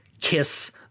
Kiss